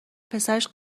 پسرش